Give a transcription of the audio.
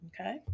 okay